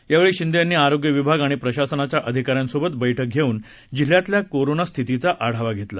यावेळ शिंदे यांनी आरोग्य विभाग आणि प्रशासनाच्या अधिकाऱ्यांसोबत बैठक घेऊन जिल्ह्यातल्या कोरोना स्थितीचा आढावा घेतला